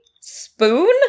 Spoon